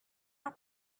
have